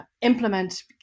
implement